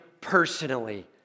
personally